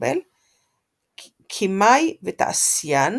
כימאי ותעשיין